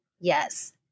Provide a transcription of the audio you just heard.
yes